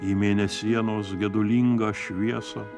į mėnesienos gedulingą šviesą